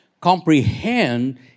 Comprehend